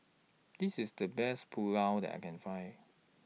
This IS The Best Pulao that I Can Find